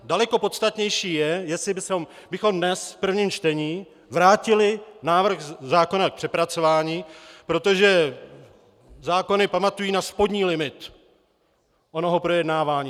Daleko podstatnější je, jestli bychom dnes v prvním čtení vrátili návrh zákona k přepracování, protože zákony pamatují na spodní limit onoho projednávání.